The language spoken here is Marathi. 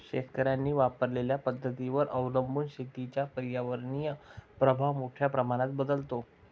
शेतकऱ्यांनी वापरलेल्या पद्धतींवर अवलंबून शेतीचा पर्यावरणीय प्रभाव मोठ्या प्रमाणात बदलतो